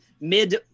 mid